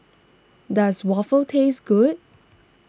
does Waffle taste good